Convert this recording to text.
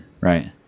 right